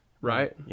Right